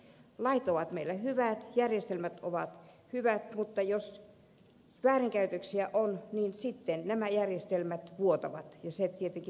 lait ovat meillä hyvät järjestelmät ovat hyvät mutta jos väärinkäytöksiä on niin sitten nämä järjestelmät vuotavat ja se vuoto tietenkin täytyy tukkia